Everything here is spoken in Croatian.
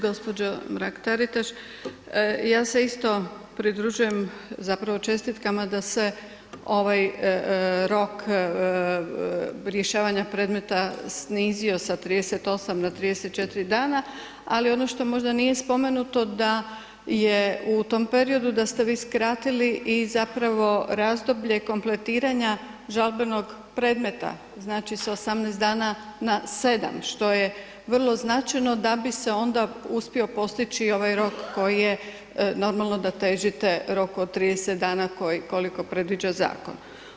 Gospođo Mrak-Taritaš, ja se isto pridružujem zapravo čestitkama da se ovaj rok rješavanja predmeta snizio sa 38 na 34 dana ali ono što možda nije spomenuto da je u tom periodu da ste vi skratili i zapravo razdoblje kompletiranja žalbenog predmeta znači sa 18 dana na 7 što je vrlo značajno da bi se onda uspio postići i ovaj rok koji je, normalno da težite roku od 30 dana koliko predviđa zakon.